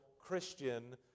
Christian